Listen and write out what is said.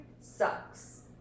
sucks